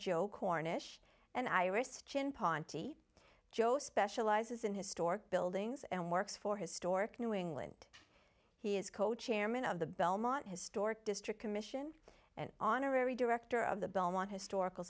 joe cornish and iris chin ponty joe specializes in historic buildings and works for historic new england he is cochairman of the belmont historic district commission and honorary director of the belmont historical